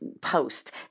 post